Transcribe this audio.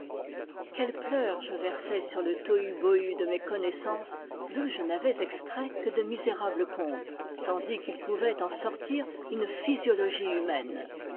quels pleurs je versai sur le tohu-bohu de mes connaissances d'où je n'avais extrait que de misérables contes tandis qu'il pouvait en sortir une physiologie humaine